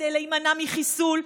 כדי להימנע מחיסול?